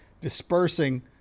dispersing